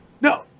No